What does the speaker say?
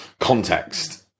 context